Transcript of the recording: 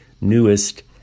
newest